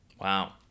Wow